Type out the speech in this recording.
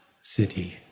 city